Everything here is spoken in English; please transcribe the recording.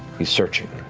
he's searching.